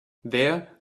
there